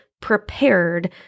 prepared